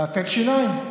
לתת שיניים.